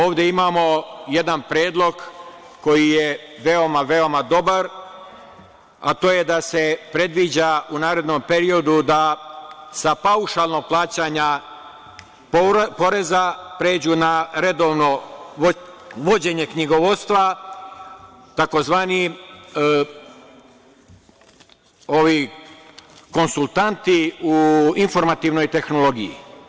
Ovde imamo jedan predlog koji je veoma, veoma dobar, a to je da se predviđa u narednom periodu da sa paušalnog plaćanja poreza pređu na redovno vođenje knjigovodstva tzv. konsultanti u informativnoj tehnologiji.